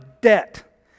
debt